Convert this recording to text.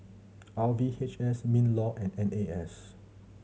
R V H S MinLaw and N A S